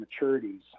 maturities